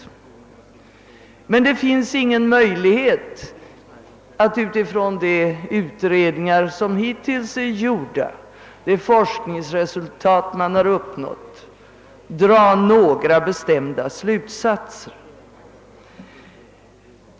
Men det finns ingen möjlighet att på grundval av de utredningar som hittills gjorts och de forskningsresultat man har uppnått dra några bestämda slutsatser.